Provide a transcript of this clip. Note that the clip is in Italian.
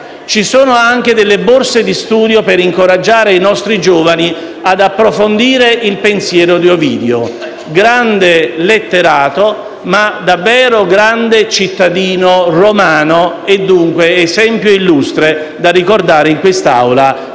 siano incluse anche borse di studio per incoraggiare i nostri giovani ad approfondire il pensiero di Ovidio, grande letterato, ma davvero grande cittadino romano e dunque esempio illustre da ricordare in quest'Aula